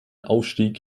aufstieg